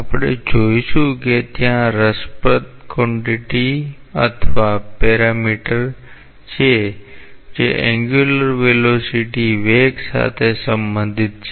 આપણે જોઈશું કે ત્યાં રસપ્રદ ક્વાન્ટિટી અથવા પેરામીટર છે જે એન્ગ્યુલર વેલોસીટી વેગ સાથે સંબંધિત છે